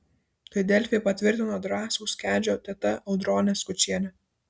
tai delfi patvirtino drąsiaus kedžio teta audronė skučienė